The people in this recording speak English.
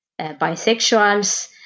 bisexuals